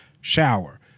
shower